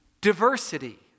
Diversity